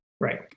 Right